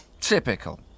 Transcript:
Typical